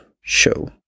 show